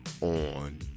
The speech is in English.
on